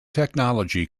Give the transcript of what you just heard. technology